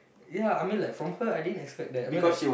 ya I mean like from her I didn't expect that I mean like